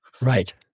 Right